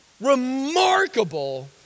remarkable